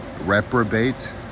reprobate